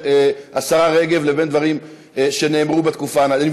השרה רגב לבין דברים שנאמרו בתקופה ההיא.